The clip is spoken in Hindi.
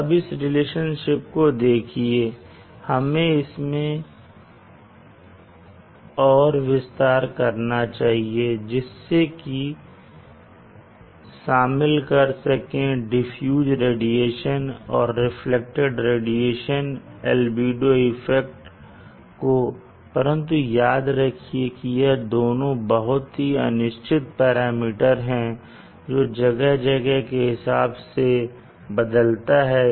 अब इस रिलेशनशिप को देखिए अब हमें इसमें और विस्तार करना चाहिए जिससे कि शामिल कर सकें डिफ्यूज्ड रेडिएशन और रिफ्लेक्टेड रेडिएशन एल्बिडो इफेक्ट को परंतु याद रखिए कि यह दोनों बहुत ही अनिश्चित पैरामीटर है जो जगह जगह के हिसाब से बदलता है